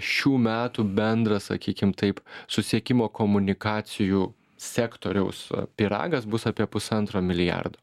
šių metų bendras sakykim taip susiekimo komunikacijų sektoriaus pyragas bus apie pusantro milijardo